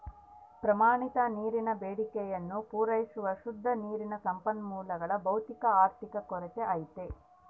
ಪ್ರಮಾಣಿತ ನೀರಿನ ಬೇಡಿಕೆಯನ್ನು ಪೂರೈಸುವ ಶುದ್ಧ ನೀರಿನ ಸಂಪನ್ಮೂಲಗಳ ಭೌತಿಕ ಆರ್ಥಿಕ ಕೊರತೆ ಐತೆ